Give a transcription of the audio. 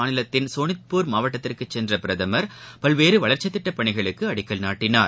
மாநிலத்தின் சோனித்பூர் மாவட்டத்திற்குசென்றபிரதமர் அசாம் பல்வேறுவளர்ச்சிதிட்டப்பணிகளுக்குஅடிக்கல் நாட்டினார்